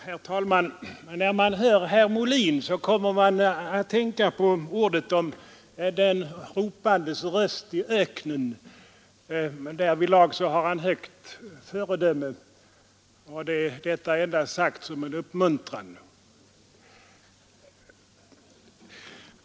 Herr talman! När man hör herr Molin här i kammaren kommer man att tänka på ”en ropandes röst i öknen”. Därvidlag har han ett högt föredöme. Detta endast sagt som en uppmuntran.